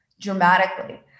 dramatically